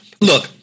Look